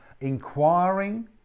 inquiring